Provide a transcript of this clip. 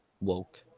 Woke